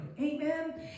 Amen